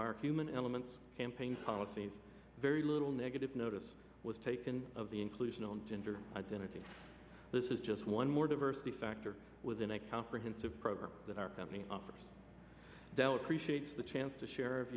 our human elements campaign policies very little negative notice was taken of the inclusion of gender identity this is just one more diversity factor within a comprehensive program that our company offers dell appreciate the chance to share o